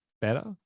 better